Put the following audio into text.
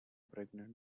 pregnant